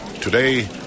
today